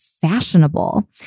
fashionable